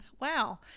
Wow